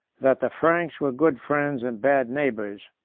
that the franks were good friends and bad neighbors,